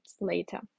later